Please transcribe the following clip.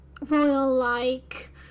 royal-like